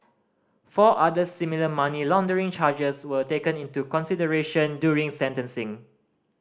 four other similar money laundering charges were taken into consideration during sentencing